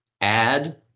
add